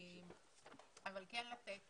אבל כן לתת